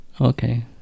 okay